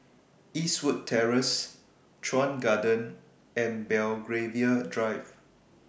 Eastwood Terrace Chuan Garden and Belgravia Drive